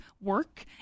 work